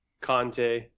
Conte